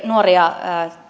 nuoria